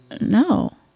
No